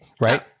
right